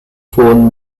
phone